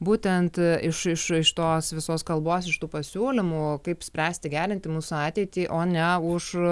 būtent iš iš iš tos visos kalbos iš tų pasiūlymų kaip spręsti gerinti mūsų ateitį o ne už